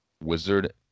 wizard